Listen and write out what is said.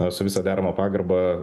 su visa derama pagarba